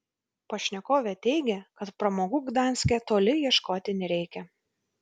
pašnekovė teigė kad pramogų gdanske toli ieškoti nereikia